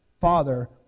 father